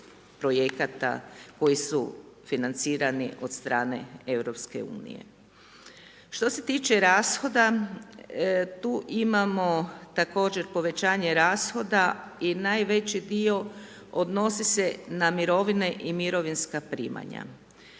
koji su financirani od strane EU. Što se tiče rashoda, tu imamo također povećanje rashoda, i najveći dio odnosi se na mirovine i mirovinska primanja.